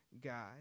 God